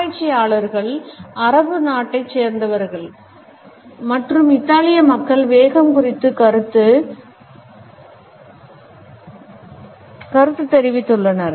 ஆராய்ச்சியாளர்கள் அரபு நாட்டைச் சேர்ந்தவர்கள் மற்றும் இத்தாலிய மக்கள் வேகம் குறித்து கருத்து தெரிவித்துள்ளனர்